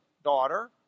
daughter